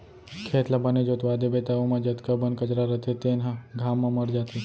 खेत ल बने जोतवा देबे त ओमा जतका बन कचरा रथे तेन ह घाम म मर जाथे